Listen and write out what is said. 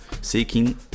seeking